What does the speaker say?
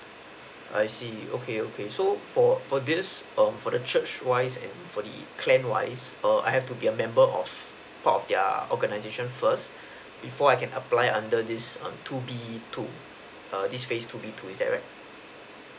I see okay okay so for for this um for the church wise and for the clan wise err I have to be a member of of their organization first before I can apply under this um two B two err this phase two B two is that right